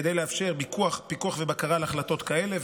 כדי לאפשר פיקוח ובקרה על החלטות כאלה.